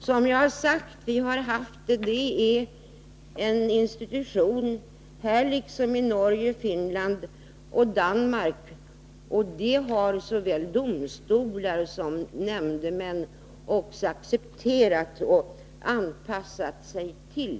Som jag har sagt har vi här haft en institution liknande den i Norge, Finland och Danmark, och det har såväl domstolar som nämndemän också accepterat och anpassat sig till.